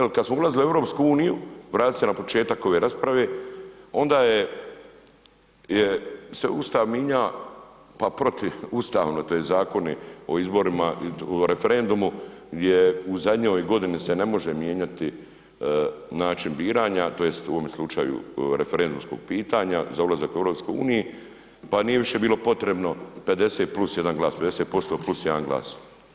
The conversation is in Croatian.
Evo kad smo ulazili u EU, vratit ću se na početak ove rasprave, onda se Ustav mijenjao pa protiv ustavno tj. zakoni o izborima i o referendumu gdje u zadnjoj godini se ne može mijenjati način biranja tj. u ovom slučaju referendumskog pitanja za ulazak u EU pa nije više bilo potrebno 50+1 glas, 50% + 1 glas.